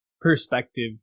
perspective